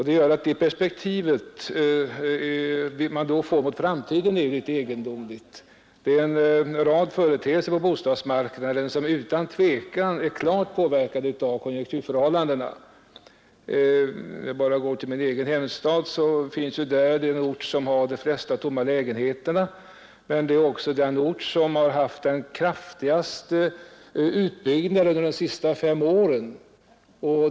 Det gör att det perspektiv vi får mot framtiden är litet egendomligt. En rad företeelser på bostadsmarknaden är utan tvivel klart på verkade av konjunkturförhållandena. Min egen hemstad t.ex. är ju den ort som har de flesta tomma lägenheterna, men också den ort som har haft den kraftigaste utbyggnaden under de senaste fem åren.